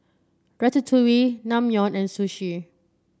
Ratatouille Naengmyeon and Sushi